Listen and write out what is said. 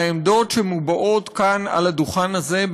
העמדות שמובעות כאן על הדוכן הזה,